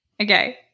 Okay